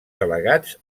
delegats